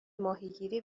ماهیگیری